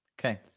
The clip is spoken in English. Okay